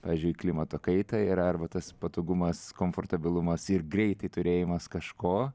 pavyzdžiui klimato kaitą ir arba tas patogumas komfortabilumas ir greitai turėjimas kažko